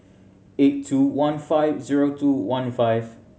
eight two one five zero two one five